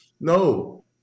No